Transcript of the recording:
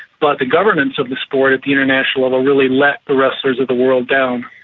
but the governance of the sport at the international level really let the wrestlers of the world down.